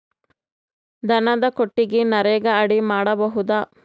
ದನದ ಕೊಟ್ಟಿಗಿ ನರೆಗಾ ಅಡಿ ಮಾಡಬಹುದಾ?